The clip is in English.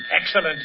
Excellent